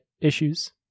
issues